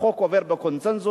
החוק עובר בקונסנזוס,